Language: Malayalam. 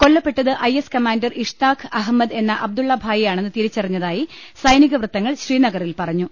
കൊല്ലപ്പെട്ടത് I S commander Ishtaq Ahmad എന്ന അബ്ദുള്ളഭായി ആണെന്ന് തിരിച്ചറിഞ്ഞതായി സൈനി കവൃത്തങ്ങൾ ശ്രീനഗറിൽ പറഞ്ഞു